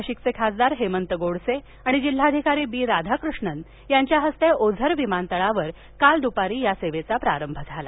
नाशिकचे खासदार हेमंत गोडसे थाणि जिल्हाधिकारी बी राघाकृष्णन यांच्या हस्ते ओझरच्या विमान तळावर काल दुपारी या सेवेचा प्रारंभ झाला